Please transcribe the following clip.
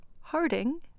Harding